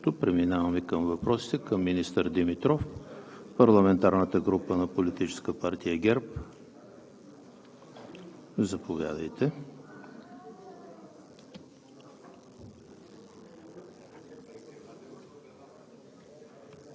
Нечленуващите в парламентарна група – също няма. Преминаваме към въпросите за министър Димитров. Парламентарната група на Политическата партия ГЕРБ. Заповядайте,